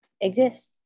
exist